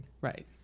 Right